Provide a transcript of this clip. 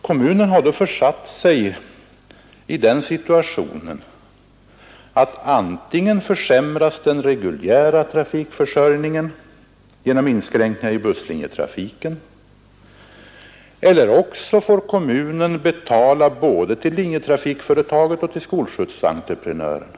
Kommunen har då försatt sig i den situationen att 13 december 1971 antingen få den reguljära trafikförsörjningen försämrad genom inskränk= ——— ningar i busslinjetrafiken eller behöva betala både till linjetrafikföretaget = Ång. statens och till skolskjutsentreprenören.